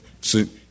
See